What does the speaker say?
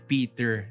Peter